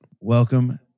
Welcome